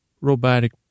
Robotic